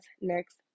next